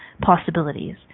possibilities